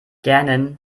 gähnen